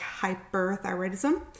hyperthyroidism